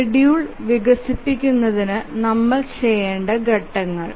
schedule വികസിപ്പിക്കുന്നതിന് നമ്മൾ ചെയ്യേണ്ട ഘട്ടങ്ങൾ